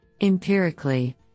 Empirically